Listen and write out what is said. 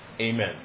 Amen